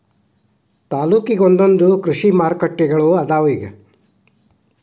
ತಾಲ್ಲೂಕಿಗೊಂದೊಂದ ಕೃಷಿ ಮಾರುಕಟ್ಟೆಗಳು ಅದಾವ ಇಗ